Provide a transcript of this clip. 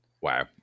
Wow